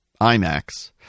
imax